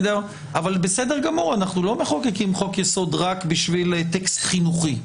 אנחנו לא מחוקקים חוק יסוד רק בשביל טקסט חינוכי.